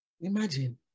Imagine